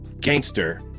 Gangster